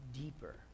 deeper